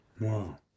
Wow